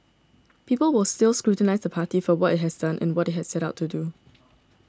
people will still scrutinise the party for what it has done and what it has set out to do